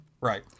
Right